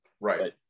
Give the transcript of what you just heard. Right